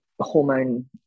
hormone